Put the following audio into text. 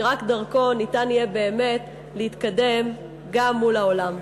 שרק דרכו ניתן יהיה באמת להתקדם גם מול העולם.